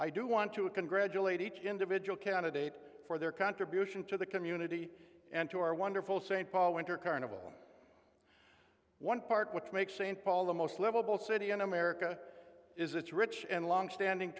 i do want to congratulate each individual candidate for their contribution to the community and to our wonderful st paul winter carnival one park which makes st paul the most livable city in america is its rich and longstanding